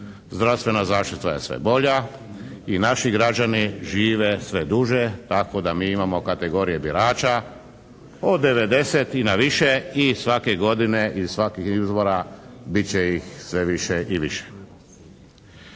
zdravstvena zaštita je sve bolja i naši građani žive sve duže tako da mi imamo kategorije birača od 90-tih naviše i svake godine i svakih izbora bit će ih sve više i više.